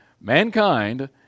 Mankind